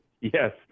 Yes